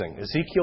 Ezekiel